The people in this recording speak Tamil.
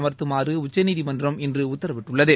அமர்த்துமாறு உச்சநீதிமன்றம் இன்று உத்தரவிட்டுள்ளது